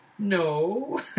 No